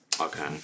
Okay